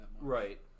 Right